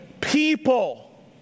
People